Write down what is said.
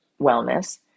wellness